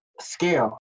scale